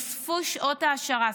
נוספו שעות העשרה.